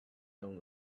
down